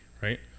right